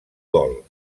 gol